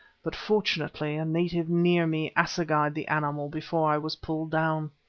but fortunately a native near me assegaied the animal before i was pulled down.